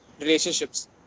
relationships